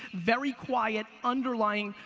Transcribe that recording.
very quiet, underlying,